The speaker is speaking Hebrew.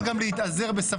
אתה יכול גם להתאזר בסבלנות.